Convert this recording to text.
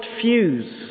fuse